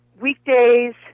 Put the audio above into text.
weekdays